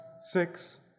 six